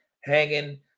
hanging